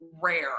Rare